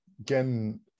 again